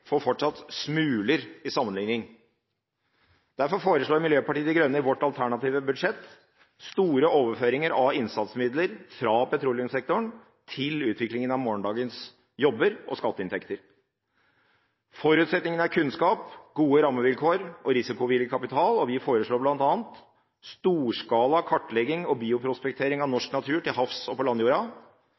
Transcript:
får fortsatt smuler i sammenligning. Derfor foreslår vi i Miljøpartiet De Grønne i vårt alternative budsjett store overføringer av innsatsmidler fra petroleumssektoren til utvikling av morgendagens jobber og skatteinntekter. Forutsetningen er kunnskap, gode rammevilkår og risikovillig kapital, og vi foreslår bl.a. storskala kartlegging og bioprospektering av norsk natur til havs og på landjorda,